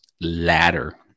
ladder